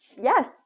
Yes